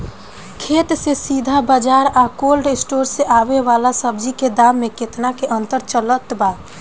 खेत से सीधा बाज़ार आ कोल्ड स्टोर से आवे वाला सब्जी के दाम में केतना के अंतर चलत बा?